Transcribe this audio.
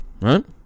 right